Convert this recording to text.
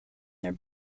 their